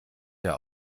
der